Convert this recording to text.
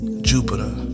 Jupiter